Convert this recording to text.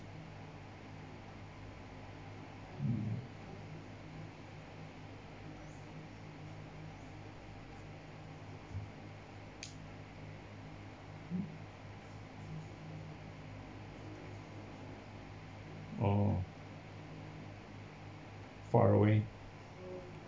oh far away